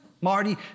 Marty